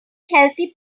healthy